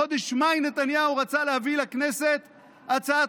בחודש מאי נתניהו רצה להביא לכנסת הצעת